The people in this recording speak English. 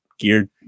geared